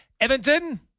edmonton